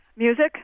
Music